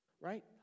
right